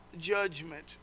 judgment